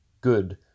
good